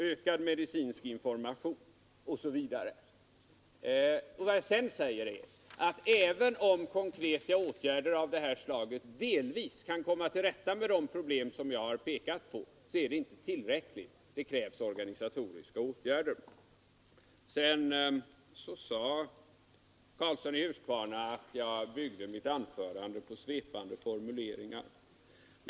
Ökad medicinsk information ———.” Jag säger också att även om konkreta åtgärder av detta slag delvis kan avhjälpa de problem jag har pekat på, så är detta inte tillräckligt; det krävs organisatoriska åtgärder. Herr Karlsson i Huskvarna ansåg att jag byggde mitt anförande på svepande formuleringar.